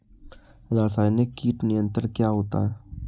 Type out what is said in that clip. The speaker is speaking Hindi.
रसायनिक कीट नियंत्रण क्या होता है?